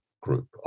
group